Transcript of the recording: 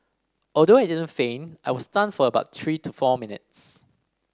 although I didn't faint I was stunned for about three to four minutes